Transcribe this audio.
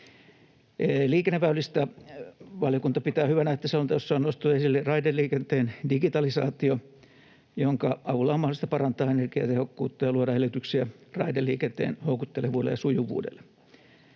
Liikenneväylistä valiokunta pitää hyvänä, että selonteossa on nostettu esille raideliikenteen digitalisaatio, jonka avulla on mahdollista parantaa energiatehokkuutta ja luoda edellytyksiä raideliikenteen houkuttelevuudelle ja sujuvuudelle.